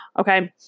Okay